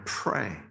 pray